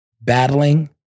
battling